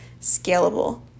scalable